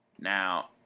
Now